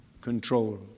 control